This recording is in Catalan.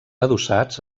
adossats